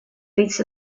bits